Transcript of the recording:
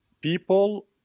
people